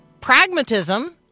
pragmatism